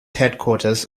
headquarters